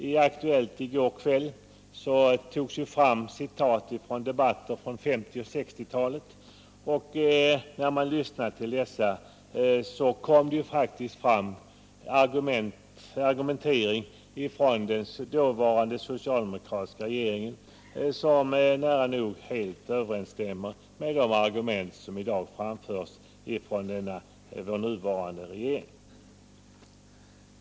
I Aktuellt i går kväll togs fram citat från debatter under 1950 och 1960-talen. Och när man lyssnade fann man att argumenteringen hos den dåvarande socialdemokratiska regeringen nära nog helt överensstämde med de argument som i dag framförs från den nuvarande regeringen.